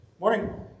Morning